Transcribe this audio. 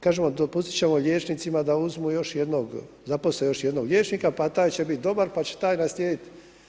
Kažemo dopustit ćemo liječnicima da uzmu još jednog, zaposle još jednog liječnika pa taj će biti dobar pa će taj naslijediti.